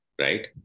right